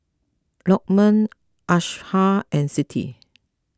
Lokman Aishah and Siti